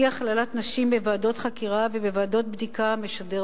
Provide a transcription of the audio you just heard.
אי-הכללת נשים בוועדות חקירה ובוועדות בדיקה משדרת